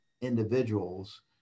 individuals